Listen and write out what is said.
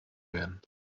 werden